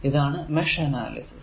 ഇതാണ് mesh analysis